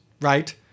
Right